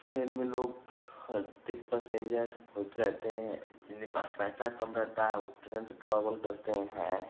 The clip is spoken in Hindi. ट्रेन में लोग अधिक पसेन्जर बहुत रहते हैं जिनके पास पैसा कम रहता है वो ट्रेन से ट्रोवल करते हैं